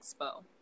expo